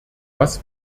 was